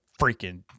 freaking